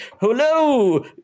hello